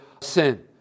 sin